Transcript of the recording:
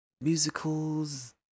musicals